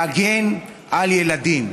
להגן על ילדים.